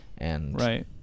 Right